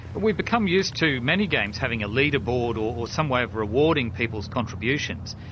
we've become used to many games having a leader-board or some way of rewarding people's contributions.